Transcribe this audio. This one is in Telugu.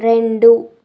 రెండు